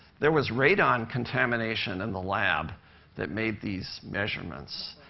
there was radon contamination in the lab that made these measurements.